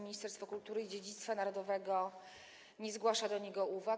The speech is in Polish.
Ministerstwo Kultury i Dziedzictwa Narodowego nie zgłasza do niego uwag.